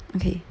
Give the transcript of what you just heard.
okay